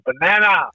banana